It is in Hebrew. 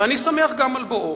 ואני שמח גם על בואו,